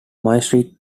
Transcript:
mystery